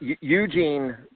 Eugene